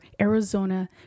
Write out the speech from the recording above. Arizona